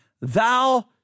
Thou